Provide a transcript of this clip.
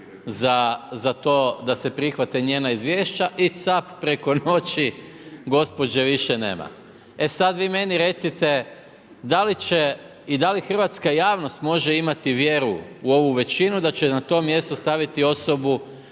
za to da se prihvate njena izvješća i cap preko noći gospođe više nema. E sada vi meni recite, da li će i da li hrvatska javnost može imati vjeru u ovu većinu, da će na to mjesto staviti osobu,